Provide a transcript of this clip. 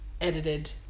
edited